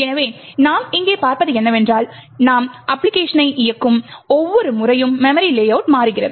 எனவே நாம் இங்கே பார்ப்பது என்னவென்றால் நாம் அப்பிளிகேஷனை இயக்கும் ஒவ்வொரு முறையும் மெமரி லேஅவுட் மாறுகிறது